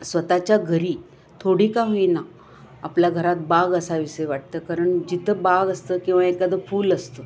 स्वतःच्या घरी थोडी का होईना आपल्या घरात बाग असाविशी वाटतं कारण जिथं बाग असतं किंवा एखादं फूल असतं